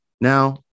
Now